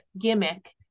gimmick